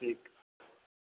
ठीक